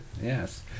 Yes